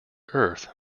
earth